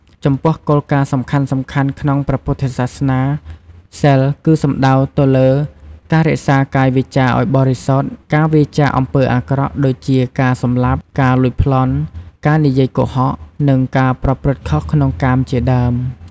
ចំពោះគោលការណ៍សំខាន់ៗក្នុងព្រះពុទ្ធសាសនា សីលគឺសំដៅទៅលើការរក្សាកាយវាចាឲ្យបរិសុទ្ធ ការវៀរចាកអំពើអាក្រក់ដូចជាការសម្លាប់ ការលួចប្លន់ ការនិយាយកុហក និងការប្រព្រឹត្តខុសក្នុងកាមជាដើម។